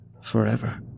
Forever